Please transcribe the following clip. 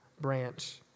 branch